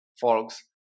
folks